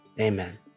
Amen